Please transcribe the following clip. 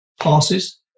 passes